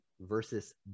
versus